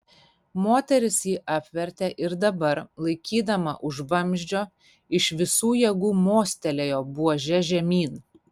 moteris jį apvertė ir dabar laikydama už vamzdžio iš visų jėgų mostelėjo buože žemyn